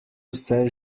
vse